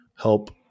help